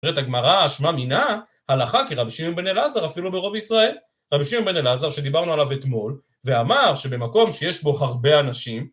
אומרת הגמרא, שמעת מינה, הלכה, כרבי שמעון בן אלעזר, אפילו ברוב ישראל, רבי שמעון בן אלעזר, שדיברנו עליו אתמול, ואמר שבמקום שיש בו הרבה אנשים,